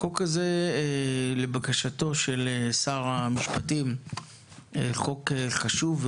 החוק הזה, לבקשתו של שר המשפטים, הוא חוק חשוב.